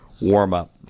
warm-up